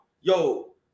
yo